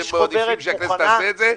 מעדיפים שהכנסת תעשה את זה,